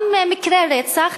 גם מקרי רצח,